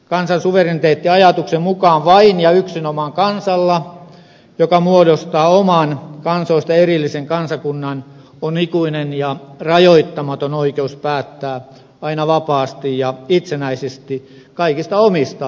kansan suvereniteettiajatuksen mukaan vain ja yksinomaan kansalla joka muodostaa oman kansoista erillisen kansakunnan on ikuinen ja rajoittamaton oikeus päättää aina vapaasti ja itsenäisistä kaikista omista asioistaan